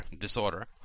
disorder